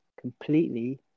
completely